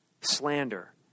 slander